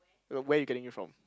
no where you're getting it from